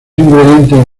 ingredientes